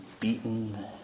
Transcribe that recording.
beaten